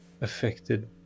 affected